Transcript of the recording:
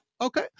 okay